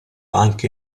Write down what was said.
anche